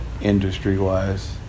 industry-wise